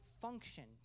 functioned